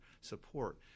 support